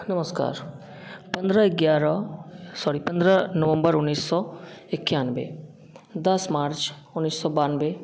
ख नमस्कार पंद्रह ग्यारह सॉरी पंद्रह नवम्बर उन्नीस सौ इक्यानवे दस मार्च उन्नीस सौ बानवे